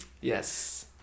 Yes